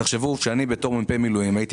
תחשבו שאני בתור מ"פ מילואים כשהייתי